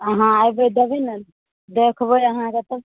अहाँ एबै देबै ने देखबै अहाँके तब